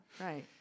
right